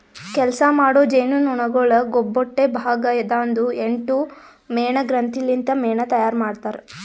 ಕೆಲಸ ಮಾಡೋ ಜೇನುನೊಣಗೊಳ್ ಕೊಬ್ಬೊಟ್ಟೆ ಭಾಗ ದಾಂದು ಎಂಟು ಮೇಣ ಗ್ರಂಥಿ ಲಿಂತ್ ಮೇಣ ತೈಯಾರ್ ಮಾಡ್ತಾರ್